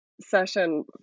session